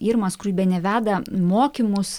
irma skruibienė veda mokymus